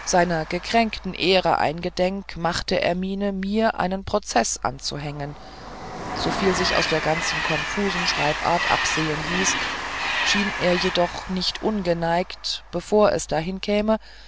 seiner gekränkten ehre eingedenk machte er miene mir einen prozeß anzuhängen soviel sich aus der ganz konfusen schreibart absehen ließ schien er jedoch nicht ungeneigt bevor es dahin käme